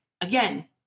again